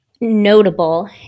notable